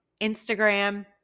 Instagram